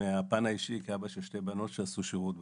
מהפן האישי, כאבא של שתי בנות שעשו שירות בחו"ל.